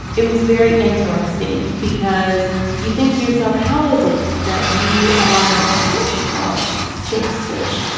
it was very interesting because you think to yourself, how is it that you are i think she's about six ish.